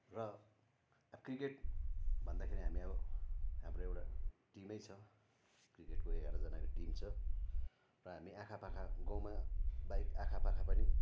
र अब क्रिकेट भन्दाखेरि हामी अब हाम्रो एउटा टिमै छ क्रिकेटको एघारजनाको टिम छ र हामी आखापाखा गाउँमा बाहेक आखापाखा पनि